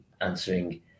answering